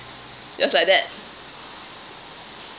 just like that